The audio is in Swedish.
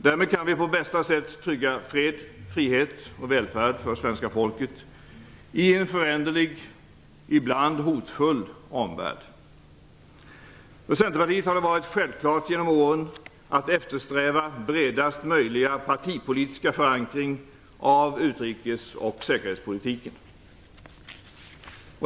Därmed kan vi på bästa sätt trygga fred, frihet och välfärd för svenska folket i en föränderlig och ibland hotfull omvärld. För Centerpartiet har det genom åren varit självklart att eftersträva bredast möjliga partipolitiska förankring av utrikes och säkerhetspolitiken.